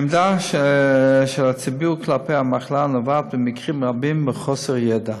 העמדה של הציבור כלפי המחלה נובעת במקרים רבים מחוסר ידע.